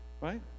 right